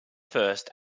first